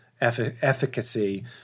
efficacy